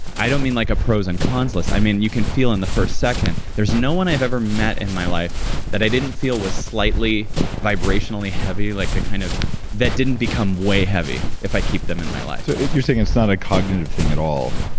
i don't mean like a pros and cons list, i mean you can feel in the first second. there's no one i've ever met in my life that i didn't feel was slightly vibrationally heavy like kind of that didn't become way heavy if i keep them in my life so, you're saying it's not a cognitive thing at all,